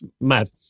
Mad